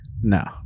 No